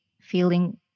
feeling